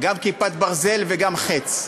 גם "כיפת ברזל" וגם "חץ".